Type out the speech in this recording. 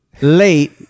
late